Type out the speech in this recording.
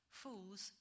fools